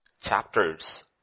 chapters